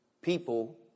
people